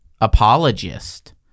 Apologist